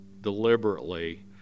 deliberately